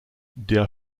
der